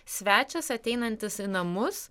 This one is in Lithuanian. svečias ateinantis į namus